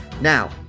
Now